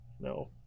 no